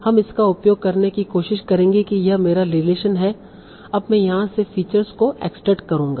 हम इसका उपयोग करने की कोशिश करेंगे की यह मेरा रिलेशन हैं अब मैं यहां से फीचर्स को एक्सट्रेक्ट करूँगा